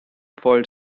foiled